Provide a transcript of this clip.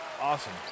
awesome